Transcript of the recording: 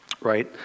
right